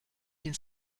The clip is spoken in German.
den